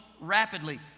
rapidly